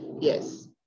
Yes